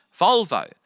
Volvo